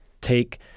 take